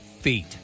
feet